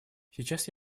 сейчас